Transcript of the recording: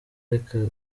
reka